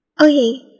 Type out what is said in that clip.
okay